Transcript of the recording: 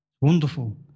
Wonderful